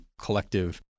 collective